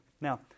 Now